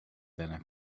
santa